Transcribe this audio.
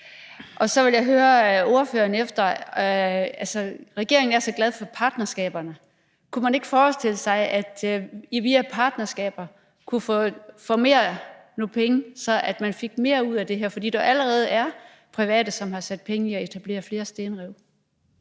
om natur og biodiversitet. Regeringen er så glad for partnerskaberne, men kunne man ikke forestille sig, at vi via partnerskaberne kunne få mere for pengene, så man fik mere ud af det her? Der er jo allerede private, der har investeret penge i at etablere flere stenrev.